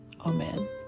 Amen